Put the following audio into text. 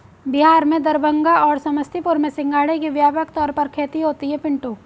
बिहार में दरभंगा और समस्तीपुर में सिंघाड़े की व्यापक तौर पर खेती होती है पिंटू